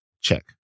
check